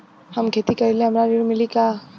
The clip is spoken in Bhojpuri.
हम खेती करीले हमरा ऋण मिली का?